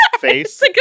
face